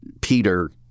Peter